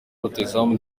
rutahizamu